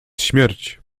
śmierć